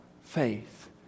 faith